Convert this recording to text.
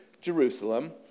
Jerusalem